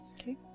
Okay